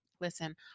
listen